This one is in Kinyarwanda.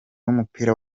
w’umupira